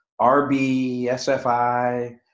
RBSFI